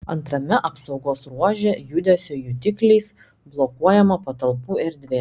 antrame apsaugos ruože judesio jutikliais blokuojama patalpų erdvė